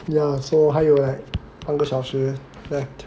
ya so 还有半个小时 left